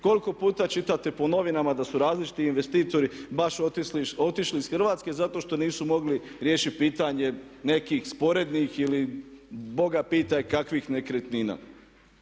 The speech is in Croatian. Koliko puta čitate po novinama da su različiti investitori baš otišli iz Hrvatske zato što nisu mogli riješiti pitanje nekih sporednih ili Boga pitaj kakvih nekretnina.